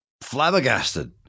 flabbergasted